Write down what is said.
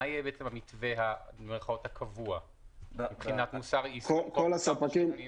מה יהיה בעצם המתווה במירכאות הקבוע מבחינת יישום כל מוסר חוק התשלומים?